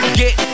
get